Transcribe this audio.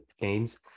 games